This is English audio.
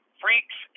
freaks